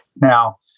Now